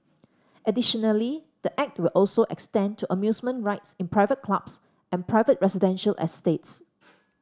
additionally the Act will also extend to amusement rides in private clubs and private residential estates